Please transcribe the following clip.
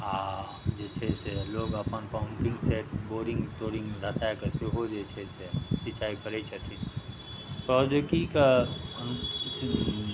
आओर जे छै से लोक अपन पम्पिङ्ग सेट बोरिङ्ग तोरिङ्ग लगाके सेहो जे छै से सिँचाइ करै छथिन प्रौद्योगिकीके